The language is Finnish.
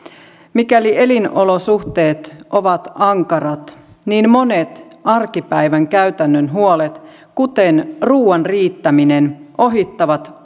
mikäli elinolosuhteet ovat ankarat niin monet arkipäivän käytännön huolet kuten ruoan riittäminen ohittavat